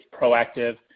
proactive